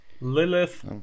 Lilith